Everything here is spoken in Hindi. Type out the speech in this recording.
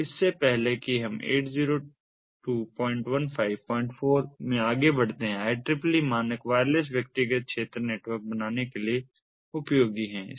तो इससे पहले कि हम 802154 में आगे बढ़ते हैं IEEE मानक वायरलेस व्यक्तिगत क्षेत्र नेटवर्क बनाने के लिए उपयोगी है